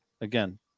Again